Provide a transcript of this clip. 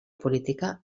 política